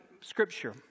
Scripture